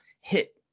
hit